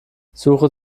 suche